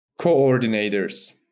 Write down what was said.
Coordinators